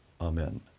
Amen